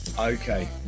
Okay